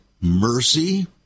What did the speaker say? mercy